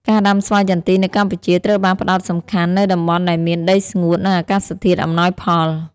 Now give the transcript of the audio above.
ការដាំស្វាយចន្ទីនៅកម្ពុជាត្រូវបានផ្តោតសំខាន់នៅតំបន់ដែលមានដីស្ងួត និងអាកាសធាតុអំណោយផល។